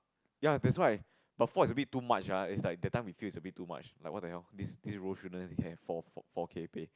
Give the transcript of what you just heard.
ya that's why but four is a bit too much ah is like that time increase a bit too much like what the hell is emotional have four K four K pay